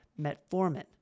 metformin